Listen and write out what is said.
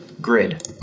grid